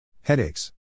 headaches